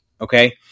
Okay